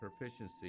proficiency